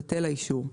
בטל האישור,